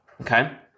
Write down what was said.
Okay